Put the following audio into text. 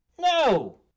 no